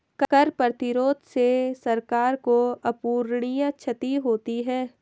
कर प्रतिरोध से सरकार को अपूरणीय क्षति होती है